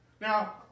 Now